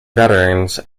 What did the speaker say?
veterans